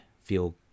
feel